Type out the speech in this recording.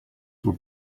were